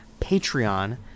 patreon